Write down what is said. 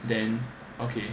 then okay